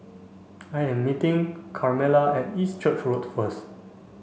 I am meeting Carmela at East Church Road first